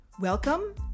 Welcome